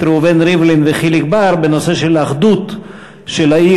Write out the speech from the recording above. ראובן ריבלין וחיליק בר בנושא של אחדות העיר,